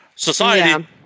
Society